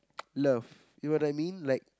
love you know what I mean like